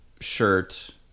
shirt